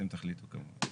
אתם תחליטו כמובן.